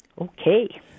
Okay